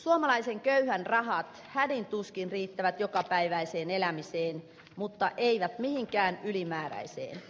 suomalaisen köyhän rahat hädin tuskin riittävät jokapäiväiseen elämiseen mutta eivät mihinkään ylimääräiseen